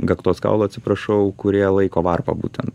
gaktos kaulų atsiprašau kurie laiko varpa būtent